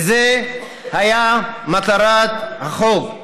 וזאת הייתה מטרת החוק.